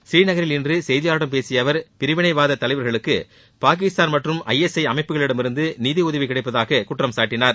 ஸ்ரீநகரில் இன்று செய்தியாளர்களிடம் பேசிய அவர் பிரிவினைவாத தலைவர்களுக்கு பாகிஸ்தான் மற்றும் ஐஎஸ்ஐ அமைப்புகளிடமிருந்து நிதியுதவி கிடைப்பதாக குற்றம் சாட்டினார்